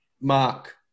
Mark